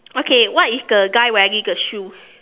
okay what is the guy wearing the shoes